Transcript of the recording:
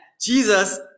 Jesus